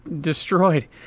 destroyed